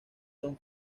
son